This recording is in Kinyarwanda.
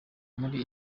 muri